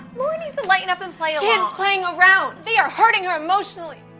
lauren needs to lighten up and play along. kids playing around. they are hurting her emotionally.